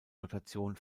notation